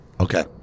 Okay